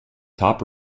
top